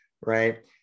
right